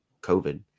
COVID